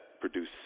produce